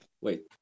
wait